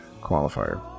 qualifier